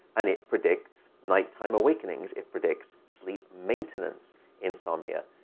and it predicts nighttime awakenings. it predicts sleep maintenance insomnia.